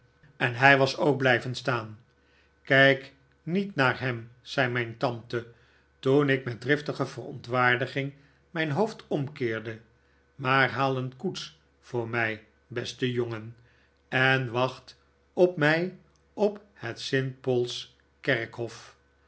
en hij was ook blijven staan kijk niet naar hem zei mijn tante toen ik met driftige verontwaardiging mijn hoofd omkeerde maar haal een koets voor mij beste jongen en wacht op mij op het st paul's kerkhof